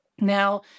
Now